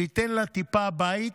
שייתנו טיפה בית,